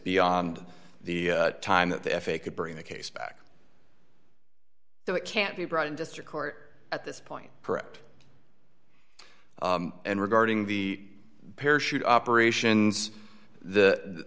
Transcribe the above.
beyond the time that the f a a could bring the case back so it can't be brought in district court at this point correct and regarding the parachute operations the